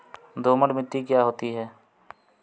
दोमट मिट्टी क्या होती हैं?